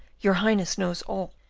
your highness knows all.